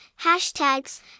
hashtags